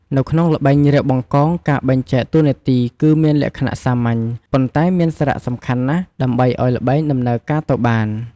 នៅក្នុងល្បែង រាវបង្កង ការបែងចែកតួនាទីគឺមានលក្ខណៈសាមញ្ញ ប៉ុន្តែមានសារៈសំខាន់ណាស់ដើម្បីឱ្យល្បែងដំណើរការទៅបាន។